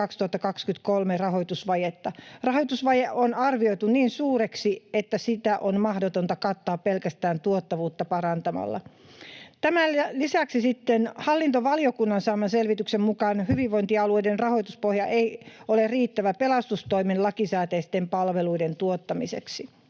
2023 rahoitusvajetta. Rahoitusvaje on arvioitu niin suureksi, että sitä on mahdotonta kattaa pelkästään tuottavuutta parantamalla. Tämän lisäksi sitten hallintovaliokunnan saaman selvityksen mukaan hyvinvointialueiden rahoituspohja ei ole riittävä pelastustoimen lakisääteisten palveluiden tuottamiseksi.